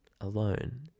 alone